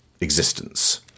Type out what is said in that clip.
existence